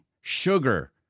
sugar